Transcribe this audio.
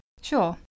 Sure